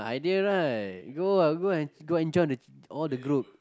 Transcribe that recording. idea right go ah go and go and join all the group